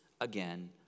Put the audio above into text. again